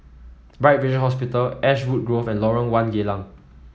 Bright Vision Hospital Ashwood Grove and Lorong One Geylang